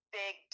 big